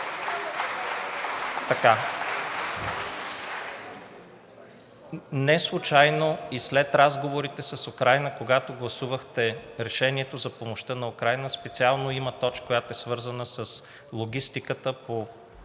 Неслучайно и след разговорите с Украйна, когато гласувахте Решението за помощта на Украйна, специално има точка, свързана с логистиката по